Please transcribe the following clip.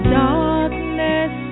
darkness